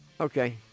okay